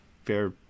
Fair